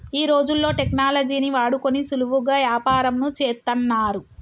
ఈ రోజుల్లో టెక్నాలజీని వాడుకొని సులువుగా యాపారంను చేత్తన్నారు